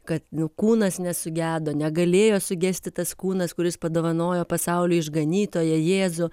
kad nu kūnas nesugedo negalėjo sugesti tas kūnas kuris padovanojo pasauliui išganytoją jėzų